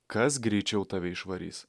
kas greičiau tave išvarys